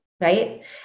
right